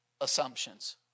assumptions